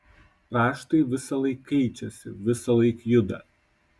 raštai visąlaik keičiasi visąlaik juda